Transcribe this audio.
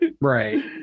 Right